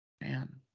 Man